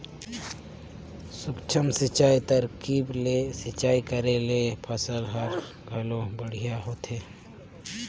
सूक्ष्म सिंचई तरकीब ले सिंचई करे ले फसल हर घलो बड़िहा होथे